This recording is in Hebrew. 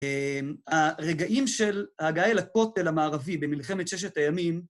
הרגעים של ההגעה אל הכותל המערבי במלחמת ששת הימים